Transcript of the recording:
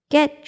Get